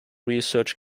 research